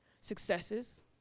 successes